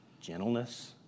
gentleness